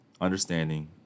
understanding